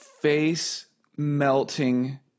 face-melting